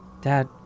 Dad